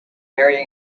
marry